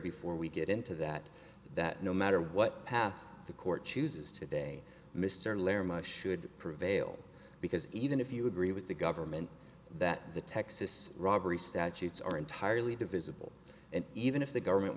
before we get into that that no matter what path the court chooses today mr lehrer much should prevail because even if you agree with the government that the texas robbery statutes are entirely divisible and even if the government